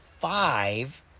five